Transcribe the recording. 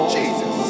Jesus